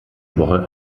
woche